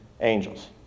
angels